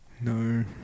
No